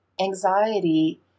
anxiety